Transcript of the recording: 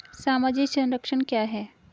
सामाजिक संरक्षण क्या है?